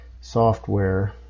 software